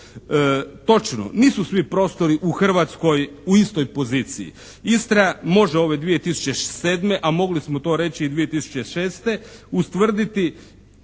Točno, nisu svi prostori u Hrvatskoj u istoj poziciji. Istra može ove 2007. a mogli smo to reći i 2006. ustvrditi